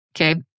Okay